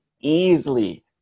easily